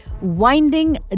winding